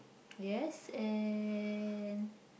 yes and